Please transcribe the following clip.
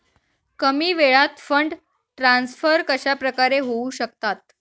कमी वेळात fund transfer कशाप्रकारे होऊ शकतात?